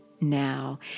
now